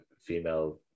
female